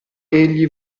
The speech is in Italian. egli